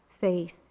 faith